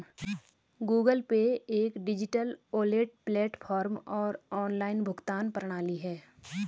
Google Pay एक digital wallet platform और online भुगतान प्रणाली है